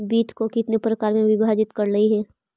वित्त को कितने प्रकार में विभाजित करलइ हे